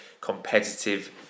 competitive